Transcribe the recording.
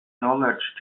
knowledge